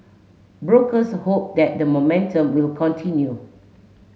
brokers hope that the momentum will continue